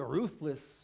ruthless